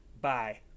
bye